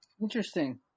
interesting